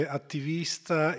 attivista